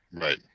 right